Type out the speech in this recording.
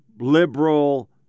liberal